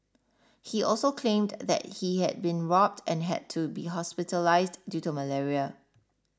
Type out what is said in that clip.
he also claimed that he had been robbed and had to be hospitalised due to malaria